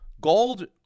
gold